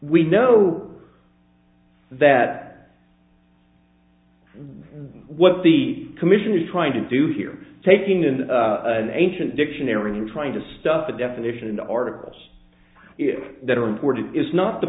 we know that what the commission is trying to do here taking in an ancient dictionary and trying to stuff the definition in the articles that are important is not the